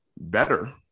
better